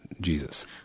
Jesus